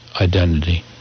identity